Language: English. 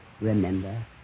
remember